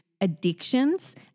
addictions